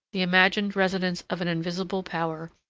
the imagined residence of an invisible power,